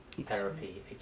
therapy